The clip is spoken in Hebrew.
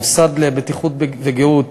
המוסד לבטיחות ולגהות,